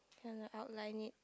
can the outline it